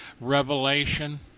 revelation